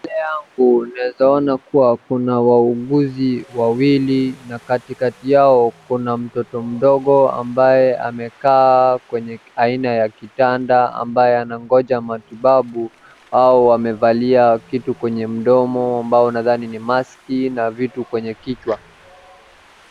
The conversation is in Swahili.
Mbele yangu naeza ona kuwa kuna wauguzi wawili na katikati yao kuna mtoto mdogo ambaye amekaa kwenye aina ya kitanda ambaye anangoja matibabu au amevalia kitu kwenye mdomo ambao nadhani ni maski na vitu kwenye kichwa.